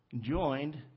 joined